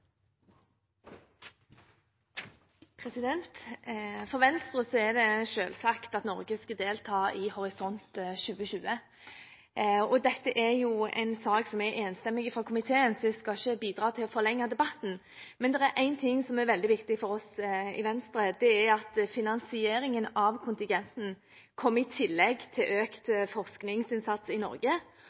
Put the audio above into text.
For Venstre er det selvsagt at Norge skal delta i Horisont 2020, og dette er en sak som er enstemmig fra komiteen, så jeg skal ikke bidra til å forlenge debatten. Men det er én ting som er veldig viktig for oss i Venstre, og det er at finansieringen av kontingenten kommer i tillegg til økt forskningsinnsats i Norge,